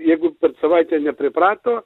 jeigu per savaitę nepriprato